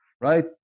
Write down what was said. right